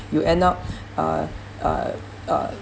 you end up uh uh uh